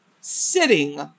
sitting